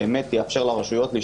המידע.